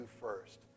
first